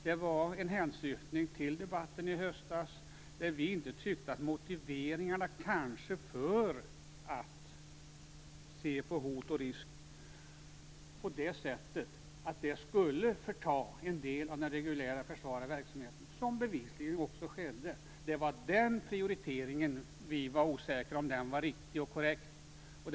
Det var en hänsyftning till debatten i höstas, där vi inte godtog motiveringarna för att se på hot och risk på det sättet. Det skulle förta en del av den reguljära försvarsverksamheten, vilket bevisligen skedde. Det var om den prioriteringen var riktig och korrekt som vi var osäkra på.